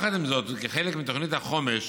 עם זאת, וכחלק מתוכנית החומש